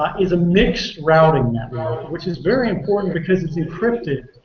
ah is a mixed routing network which is very important because it's encrypted